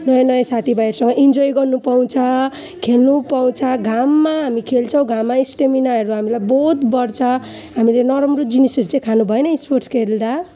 नयाँ नयाँ साथी भाइहरूसँग इन्जोय गर्नु पाउँछ खेल्नु पाउँछ घाममा हामी खेल्छौँ घाममा स्टामिनाहरू हामीलाई बहुत बढ्छ हामीले नरम्रो जिनिसहरू चाहिँ खानु भएन स्पोर्ट्स खेल्दा